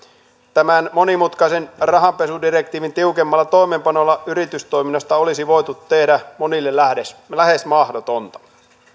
tämän monimutkaisen rahanpesudirektiivin tiukemmalla toimeenpanolla yritystoiminnasta olisi voitu tehdä monille lähes mahdotonta